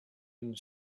and